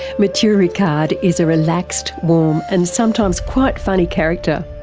matthieu ricard is a relaxed, warm and sometimes quite funny character.